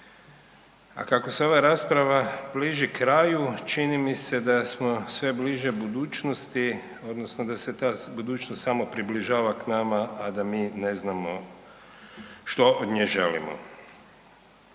a kako se ova rasprava bliži kraju čini mi se da smo sve bliže budućnosti odnosno da se ta budućnost samo približava k nama, a da mi ne znamo što od nje želimo.